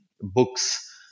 books